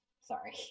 sorry